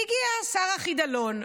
הגיע שר החידלון.